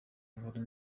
inkuru